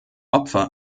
opfer